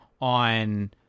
on